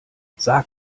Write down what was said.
sag